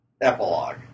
epilogue